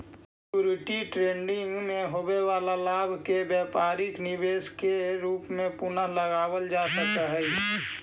security trading में होवे वाला लाभ के व्यापारिक निवेश के रूप में पुनः लगावल जा सकऽ हई